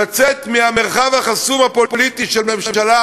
לצאת מהמרחב החסום הפוליטי של ממשלה